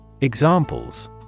Examples